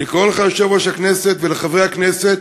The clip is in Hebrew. ואני קורא לך, יושב-ראש הכנסת, ולחברי הכנסת,